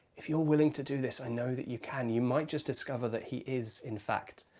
if you're willing to do this, i know that you can. you might just discover that he is, in fact,